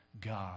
God